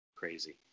Crazy